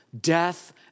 death